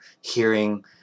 hearing